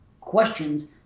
questions